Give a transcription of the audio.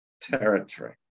territory